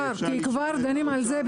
זה לא יבוא אלינו,